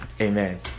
Amen